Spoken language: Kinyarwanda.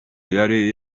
yari